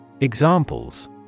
Examples